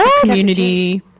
community